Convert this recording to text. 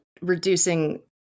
reducing